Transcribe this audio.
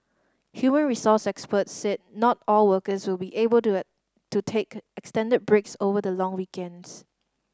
human resource experts said not all workers will be able to it to take extended breaks over the long weekends